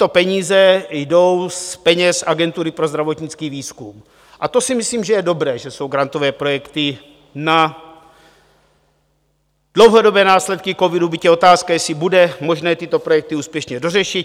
Tyto peníze jdou z peněz Agentury pro zdravotnický výzkum, a to si myslím, že je dobré, že jsou grantové projekty na dlouhodobé následky covidu, byť je otázka, jestli bude možné tyto projekty úspěšně dořešit.